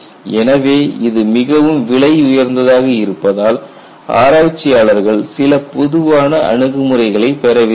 எனவே இது மிகவும் விலை உயர்ந்ததாக இருப்பதால் ஆராய்ச்சியாளர்கள் சில பொதுவான அணுகுமுறைகளை பெற விரும்பினர்